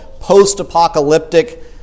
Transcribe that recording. post-apocalyptic